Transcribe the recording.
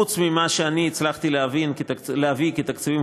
חוץ ממה שאני הצלחתי להביא כתקציבים